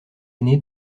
aîné